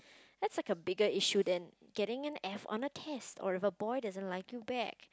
that is like a bigger issue than getting a F on a test or if a boy doesn't like you back